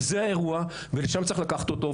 וזה האירוע ולשם צריך לקחת אותו.